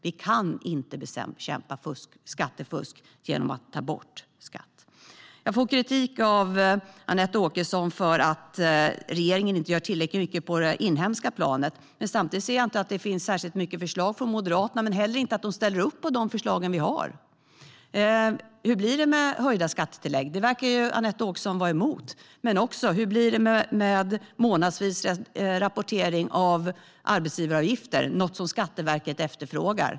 Vi kan inte bekämpa skattefusk genom att ta bort skatt. Jag får kritik av Anette Åkesson för att regeringen inte gör tillräckligt mycket på det inhemska planet. Samtidigt ser jag inte att det finns särskilt många förslag från Moderaterna och inte heller att de ställer upp på de förslag som finns. Hur blir det med höjda skattetillägg? Det verkar Anette Åkesson vara emot. Hur blir det med månadsvis rapportering av arbetsgivaravgifter? Det är något som Skatteverket efterfrågar.